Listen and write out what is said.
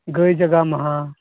ᱜᱟ ᱭ ᱡᱟᱜᱟᱣ ᱢᱟᱦᱟ